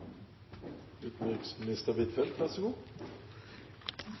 Utenriksminister Huitfeldt